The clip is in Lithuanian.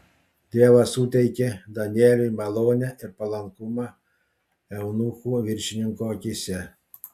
dievas suteikė danieliui malonę ir palankumą eunuchų viršininko akyse